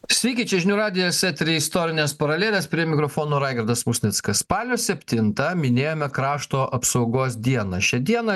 sveiki čia žinių radijas etery istorinės paralelės prie mikrofono raigardas musnickas spalio septintą minėjome krašto apsaugos dieną šią dieną